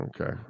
Okay